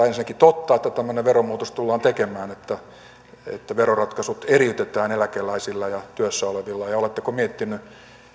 ensinnäkin totta että tämmöinen veromuutos tullaan tekemään että että veroratkaisut eriytetään eläkeläisillä ja työssä olevilla ja ja oletteko miettineet